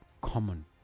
common